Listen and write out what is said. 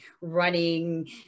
running